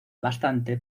bastante